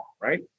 right